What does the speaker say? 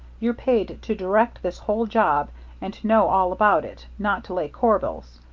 you're paid to direct this whole job and to know all about it, not to lay corbels.